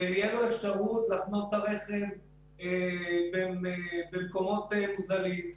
שתהיה לו אפשרות לחנות את הרכב במקומות מוזלים.